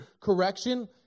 correction